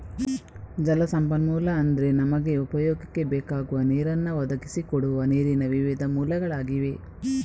ಜಲ ಸಂಪನ್ಮೂಲ ಅಂದ್ರೆ ನಮಗೆ ಉಪಯೋಗಕ್ಕೆ ಬೇಕಾಗುವ ನೀರನ್ನ ಒದಗಿಸಿ ಕೊಡುವ ನೀರಿನ ವಿವಿಧ ಮೂಲಗಳಾಗಿವೆ